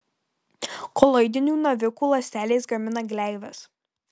koloidinių navikų ląstelės gamina gleives